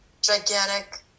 gigantic